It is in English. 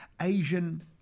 Asian